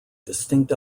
distinct